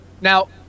Now